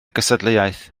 gystadleuaeth